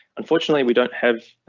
unfortunately, we don't have